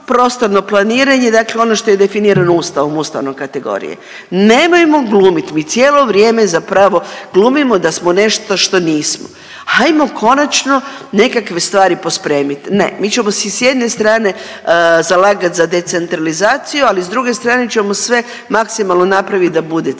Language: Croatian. prostorno planiranje, dakle ono što je definirano Ustavom, ustavne kategorije. Nemojmo glumit, mi cijelo vrijeme zapravo glumimo da smo nešto što nismo. Ajmo konačno nekakve stvari pospremiti. Ne, mi ćemo si s jedne strane zalagati za decentralizaciju, ali s druge strane ćemo sve maksimalno napravit da bude centralizacija.